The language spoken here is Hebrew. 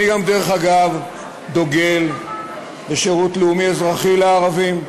אני גם, דרך אגב, דוגל בשירות לאומי-אזרחי לערבים,